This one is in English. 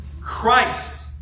Christ